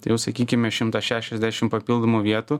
tai jau sakykime šimtas šešiasdešim papildomų vietų